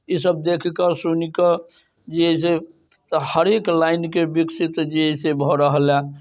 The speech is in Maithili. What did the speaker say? ई सब देखि कऽ सुनिकऽ जे है से तऽ हरेक लाइन कऽ विकसित जे है से भऽ रहल हँ